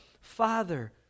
Father